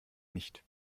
nicht